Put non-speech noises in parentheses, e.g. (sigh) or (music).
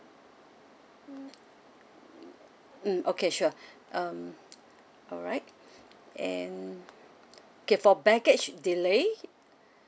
mm okay sure (breath) um alright (breath) and okay for baggage delay